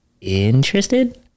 interested